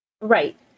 Right